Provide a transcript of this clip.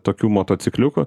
tokių motocikliukų